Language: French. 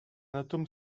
atome